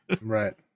right